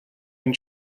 and